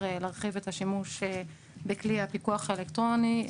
להרחיב את השימוש בכלי הפיקוח האלקטרוני.